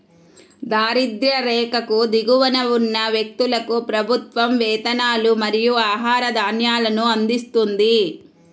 దారిద్య్ర రేఖకు దిగువన ఉన్న వ్యక్తులకు ప్రభుత్వం వేతనాలు మరియు ఆహార ధాన్యాలను అందిస్తుంది